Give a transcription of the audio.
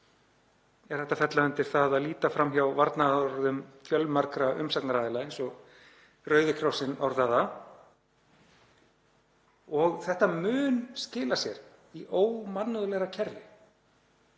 er hægt að fella undir það að líta fram hjá varnaðarorðum fjölmargra umsagnaraðila, eins og Rauði krossinn orðaði það, og þetta mun skila sér í ómannúðlegra kerfi.